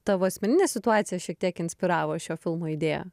tavo asmeninė situacija šiek tiek inspiravo šio filmo idėją